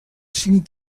cinc